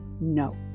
No